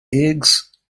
eggs